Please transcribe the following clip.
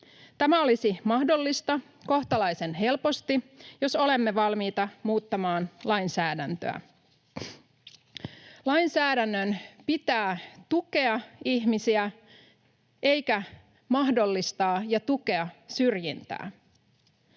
Tämä olisi mahdollista kohtalaisen helposti, jos olemme valmiita muuttamaan lainsäädäntöä. Lainsäädännön pitää tukea ihmisiä eikä mahdollistaa ja tukea syrjintää.